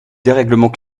dérèglement